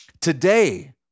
Today